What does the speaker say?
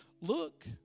look